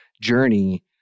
journey